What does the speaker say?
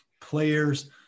players